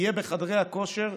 יהיה בחדרי הכושר,